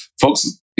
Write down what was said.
folks